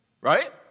Right